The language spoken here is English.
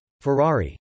Ferrari